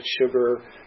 sugar